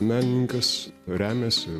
menininkas remiasi